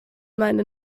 meine